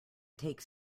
takes